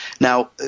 Now